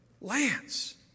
Lance